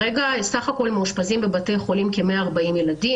בבתי החולים מאושפזים כרגע כ-140 ילדים,